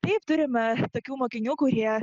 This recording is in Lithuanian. taip turime tokių mokinių kurie